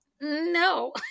no